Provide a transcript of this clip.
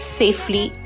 safely